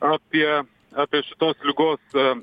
apie apie šitos ligos